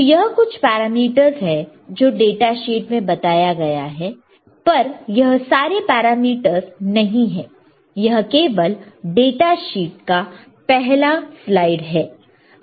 तो यह कुछ पैरामीटर्स है जो डाटा शीट में बताया गया है पर यह सारे पैरामीटर्स नहीं है यह केवल डाटा शीट का पहला स्लाइड है